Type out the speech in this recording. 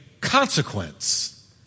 consequence